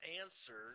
answer